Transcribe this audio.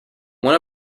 one